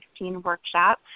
workshop